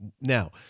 now